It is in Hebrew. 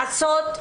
לעשות,